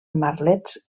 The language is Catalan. merlets